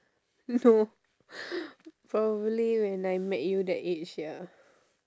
no probably when I met you that age ya